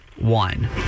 one